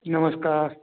नमस्कार